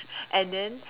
and then